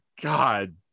god